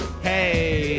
hey